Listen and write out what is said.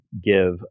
give